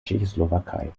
tschechoslowakei